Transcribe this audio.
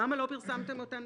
למה לא פרסמתן אותן